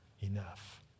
enough